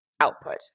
output